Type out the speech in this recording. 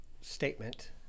statement